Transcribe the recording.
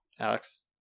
Alex